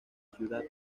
ciudad